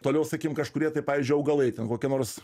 toliau sakykim kažkurie tai pavyzdžiui augalai ten kokia nors